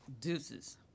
deuces